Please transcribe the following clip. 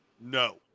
No